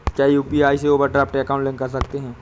क्या यू.पी.आई से overdraft account link कर सकते हैं?